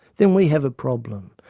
then we have a problem,